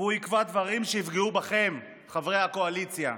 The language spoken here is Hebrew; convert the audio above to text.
והוא יקבע דברים שיפגעו בכם, חברי הקואליציה.